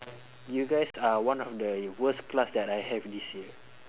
you guys are one of the worst class that I have this year